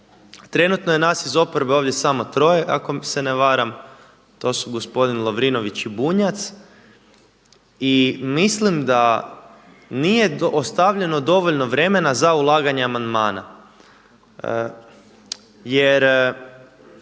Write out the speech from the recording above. Trenutno je nas iz oporbe ovdje samo troje ako se ne varam, to su gospodin Lovrinović i Bunjac i mislim da nije ostavljeno dovoljno vremena za ulaganje amandmana jer